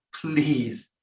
please